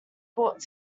brought